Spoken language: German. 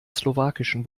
slowakischen